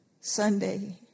Sunday